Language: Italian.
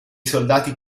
soldati